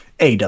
AW